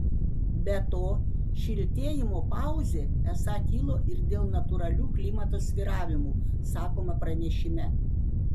be to šiltėjimo pauzė esą kilo ir dėl natūralių klimato svyravimų sakoma pranešime